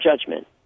judgment